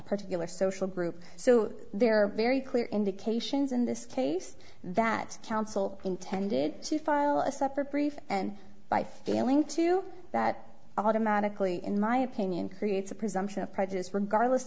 particular social group so there are very clear indications in this case that counsel intended to file a separate brief and by failing to that automatically in my opinion creates a presumption of prejudice regardless